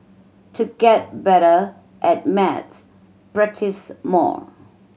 to get better at maths practise more